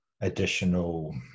additional